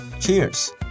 Cheers